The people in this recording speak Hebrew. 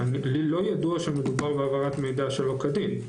שלי לא ידוע שמדובר בהעברת מידע שלא כדין.